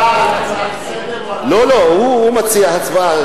הצבעה, לא, הוא לא רוצה.